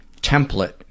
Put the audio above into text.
template